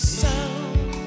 sound